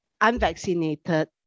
unvaccinated